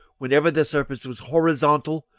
whenever this surface was horizontal,